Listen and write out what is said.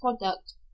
product